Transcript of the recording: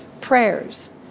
prayers